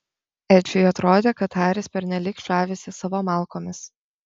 edžiui atrodė kad haris pernelyg žavisi savo malkomis